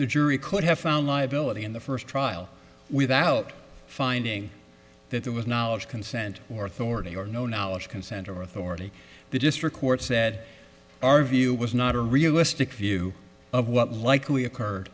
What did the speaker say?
the jury could have found liability in the first trial without finding that there was knowledge consent or authority or no knowledge consent or authority the district court said our view was not a realistic view of what likely occurred